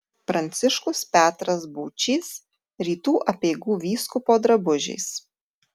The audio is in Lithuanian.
pranciškus petras būčys rytų apeigų vyskupo drabužiais